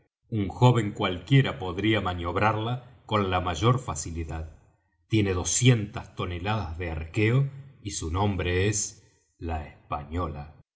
un joven cualquiera podría maniobrarla con la mayor facilidad tiene doscientas toneladas de arquéo y su nombre es la española